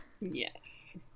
yes